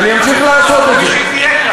פחות חשוב, שהיא תהיה כאן.